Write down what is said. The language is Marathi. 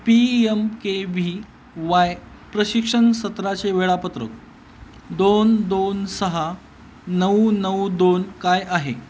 P M K V Y प्रशिक्षण सत्राचे वेळापत्रक दोन दोन सहा नऊ नऊ दोन काय आहे